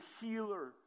healer